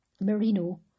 merino